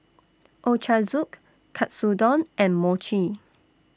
Ochazuke Katsudon and Mochi